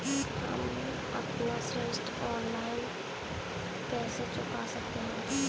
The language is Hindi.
हम अपना ऋण ऑनलाइन कैसे चुका सकते हैं?